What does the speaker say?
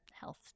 health